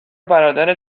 برادر